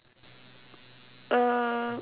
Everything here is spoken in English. uh